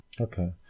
Okay